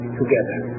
together